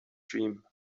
dream